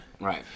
Right